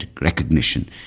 recognition